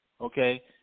okay